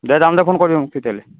দে যাম দে ফোন কৰিবি মোক তেতিয়াহ'লে